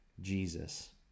Jesus